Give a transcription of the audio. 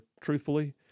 truthfully